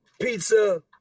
pizza